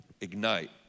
Ignite